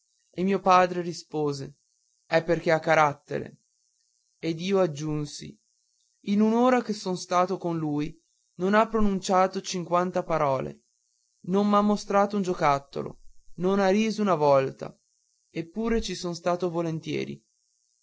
e mio padre rispose è perché ha carattere ed io soggiunsi in un'ora che son stato con lui non ha pronunciato cinquanta parole non m'ha mostrato un giocattolo non ha riso una volta eppure ci son stato volentieri